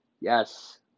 Yes